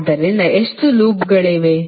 ಆದ್ದರಿಂದ ಎಷ್ಟು ಲೂಪ್ಗಳಿವೆ